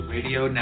Radio